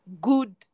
good